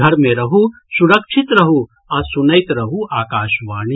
घर मे रहू सुरक्षित रहू आ सुनैत रहू आकाशवाणी